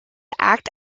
act